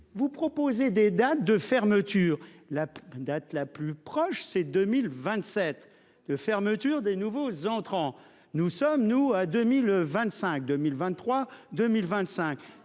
vous proposez des dates de fermeture. La date la plus proche, c'est 2027 de fermeture des nouveaux entrants. Nous sommes, nous à 2025 2023 2025.